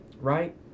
Right